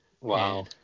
Wow